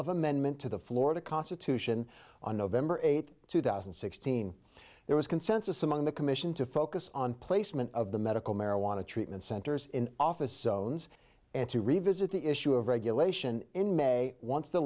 of amendment to the florida constitution on november eighth two thousand and sixteen there was consensus among the commission to focus on placement of the medical marijuana treatment centers in office owns and to revisit the the issue of regulation in may once the